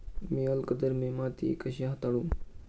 मी अल्कधर्मी माती कशी हाताळू?